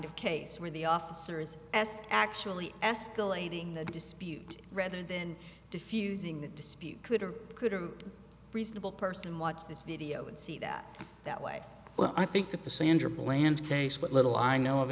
of case where the officers as actually escalating the dispute rather than defusing the dispute could or could have a reasonable person watch this video and see that that way well i think that the sandra plans case what little i know